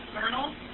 Colonel